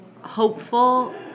hopeful